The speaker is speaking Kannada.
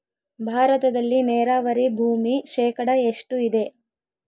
ಭಾರತದಲ್ಲಿ ನೇರಾವರಿ ಭೂಮಿ ಶೇಕಡ ಎಷ್ಟು ಇದೆ?